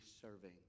serving